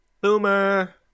Boomer